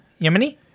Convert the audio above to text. Yemeni